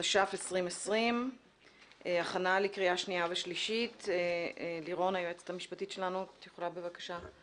(החלפת ועדת הכנסת המוסמכת לעניין החוק),